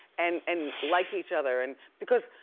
and and like each other, and. because,